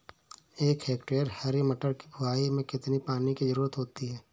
एक हेक्टेयर हरी मटर की बुवाई में कितनी पानी की ज़रुरत होती है?